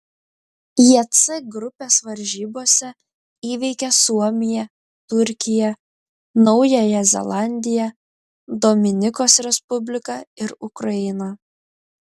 jie c grupės varžybose įveikė suomiją turkiją naująją zelandiją dominikos respubliką ir ukrainą